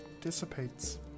dissipates